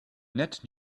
net